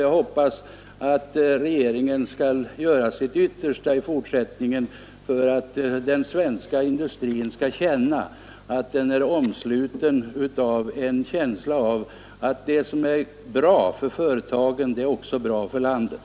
Jag hoppas också att regeringen i fortsättningen skall göra sitt yttersta för att den svenska industrin skall känna att det som är bra för företagsamheten också är bra för landet.